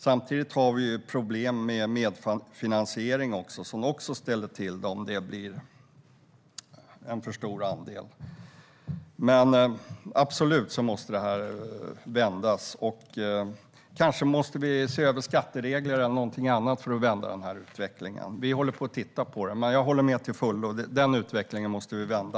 Samtidigt blir det också problem om det blir för stor andel av medfinansiering. Utvecklingen måste absolut vändas. Kanske måste man se över skatteregler eller någonting annat. Vi håller på att titta på det. Men jag håller med till fullo, den utvecklingen måste vi vända.